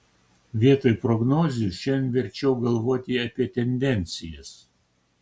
vietoj prognozių šiandien verčiau galvoti apie tendencijas